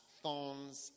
thorns